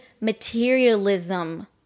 materialism